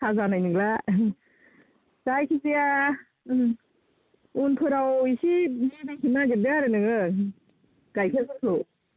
साहा जानाय नंला जायखि जाया उनफोराव एसे मोजांखौ नागिरदो आरो नोङो गायखेरफोरखौ